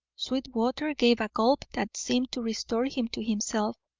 sweetwater gave a gulp that seemed to restore him to himself.